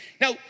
Now